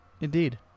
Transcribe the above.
Indeed